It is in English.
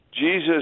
Jesus